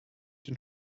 den